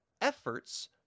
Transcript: efforts